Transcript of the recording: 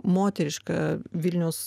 moterišką vilniaus